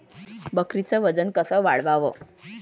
बकरीचं वजन कस वाढवाव?